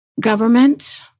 Government